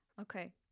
okay